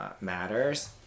matters